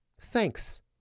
Thanks